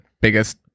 biggest